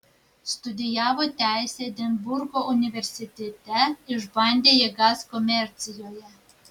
studijavo teisę edinburgo universitete išbandė jėgas komercijoje